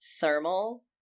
THERMAL